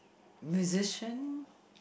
musician